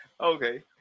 Okay